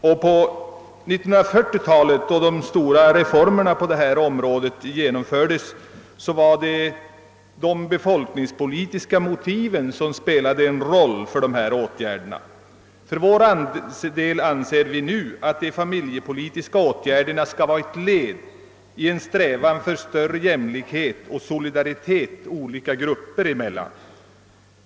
På 1940-talet då de stora reformerna på detta område genomfördes var det de befolkningspolitiska motiven som spelade en roll. För vår del anser vi nu att de familjepolitiska åtgärderna skall vara led i en strävan efter större jämlikhet och solidaritet mellan olika grupper.